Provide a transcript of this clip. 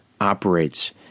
operates